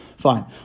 Fine